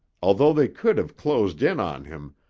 although they could have closed in on him,